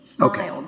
Okay